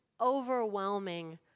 overwhelming